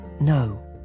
No